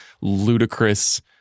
ludicrous